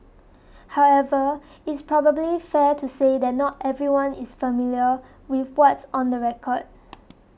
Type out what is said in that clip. however is probably fair to say that not everyone is familiar with what's on the record